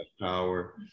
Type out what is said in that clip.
Power